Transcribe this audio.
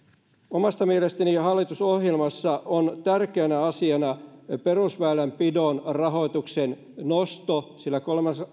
omasta mielestäni hallitusohjelmassa on tärkeänä asiana perusväylänpidon rahoituksen nosto sillä